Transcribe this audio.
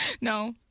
No